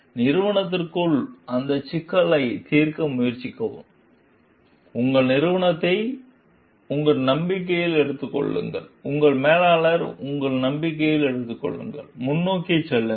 நிறுவனத்திற்குள் அந்த சிக்கலை தீர்க்க முயற்சிக்கவும் உங்கள் நிறுவனத்தை உங்கள் நம்பிக்கையில் எடுத்துக் கொள்ளுங்கள் உங்கள் மேலாளரை உங்கள் நம்பிக்கையில் எடுத்துக் கொள்ளுங்கள் முன்னோக்கி செல்லுங்கள்